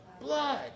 blood